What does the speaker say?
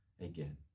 again